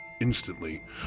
Instantly